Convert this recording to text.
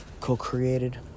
co-created